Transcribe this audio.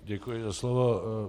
Děkuji za slovo.